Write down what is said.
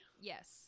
Yes